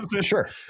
Sure